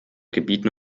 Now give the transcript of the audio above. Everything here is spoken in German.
gebieten